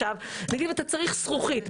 נגיד אתה צריך זכוכית,